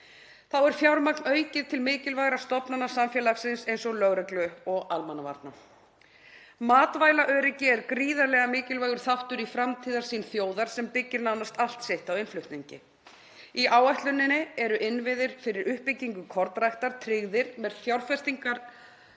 Þá er fjármagn aukið til mikilvægra stofnana samfélagsins eins og lögreglu og almannavarna. Matvælaöryggi er gríðarlega mikilvægur þáttur í framtíðarsýn þjóðar sem byggir nánast allt sitt á innflutningi. Í áætluninni eru innviðir fyrir uppbyggingu kornræktar tryggðir með fjárfestingarframlagi